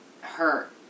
hurt